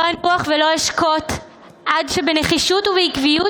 לא אנוח ולא אשקוט עד שבנחישות ובעקביות